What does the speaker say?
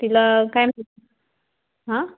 तिला काय माहीत हां